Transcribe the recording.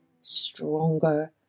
stronger